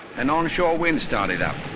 an onshore wind started up.